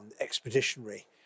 expeditionary